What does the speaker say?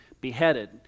beheaded